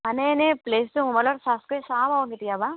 মানে এনেই প্লেছটো মোবাইলত চাৰ্ছ কৰি চাওঁ বাৰু কেতিয়াবা